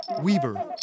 Weaver